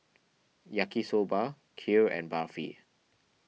Yaki Soba Kheer and Barfi